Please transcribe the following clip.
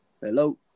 Hello